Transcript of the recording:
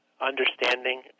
understanding